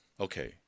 okay